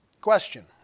Question